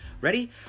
Ready